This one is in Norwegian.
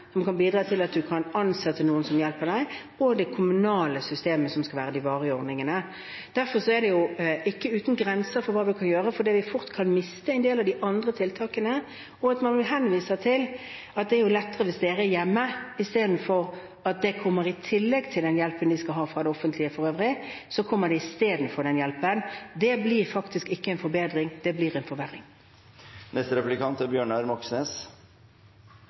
som kan bidra til at man kan ansette noen som hjelper deg, og det kommunale systemet. Derfor er det ikke uten grenser, det vi kan gjøre, for det vi fort kan miste, er en del av de andre tiltakene, og at man vil henvise til at det er lettere hvis foreldrene er hjemme. Istedenfor at det kommer i tillegg til den hjelpen de skal ha fra det offentlige for øvrig, kommer det istedenfor den hjelpen. Det blir faktisk ikke en forbedring, det blir en